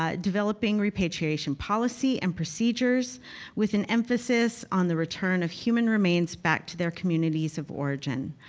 ah developing repatriation policy and procedures with an emphasis on the return of human remains back to their communities of origin.